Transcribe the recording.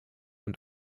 und